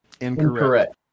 Incorrect